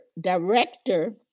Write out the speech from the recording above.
director